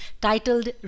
titled